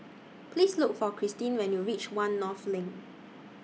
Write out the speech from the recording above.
Please Look For Cristine when YOU REACH one North LINK